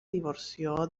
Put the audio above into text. divorció